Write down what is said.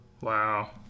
Wow